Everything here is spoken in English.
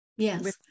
yes